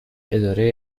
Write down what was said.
اداره